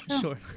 Sure